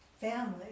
family